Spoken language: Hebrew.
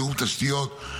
תיאום תשתיות,